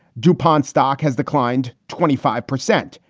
dupont stock has declined twenty five percent.